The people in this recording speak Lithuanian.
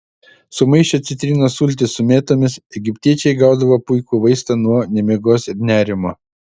sumaišę citrinos sultis su mėtomis egiptiečiai gaudavo puikų vaistą nuo nemigos ir nerimo